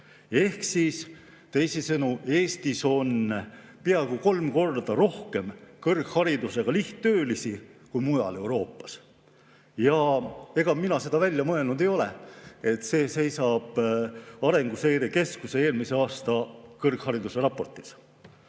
on 6,5%. Teisisõnu, Eestis on peaaegu kolm korda rohkem kõrgharidusega lihttöölisi kui mujal Euroopas. Ega mina seda välja mõelnud ei ole, see seisab Arenguseire Keskuse eelmise aasta kõrghariduse raportis.